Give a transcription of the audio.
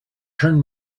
turn